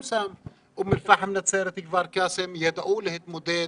גם באום אל פאחם, נצרת וכפר קאסם ידעו להתמודד